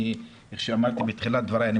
כפי שאמרתי בתחילת דבריי,